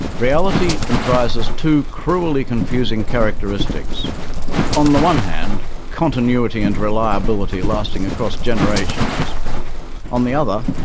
reality comprises two cruelly confusing characteristics on the one hand, continuity and reliability lasting across generations on the other,